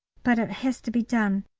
but it has to be done.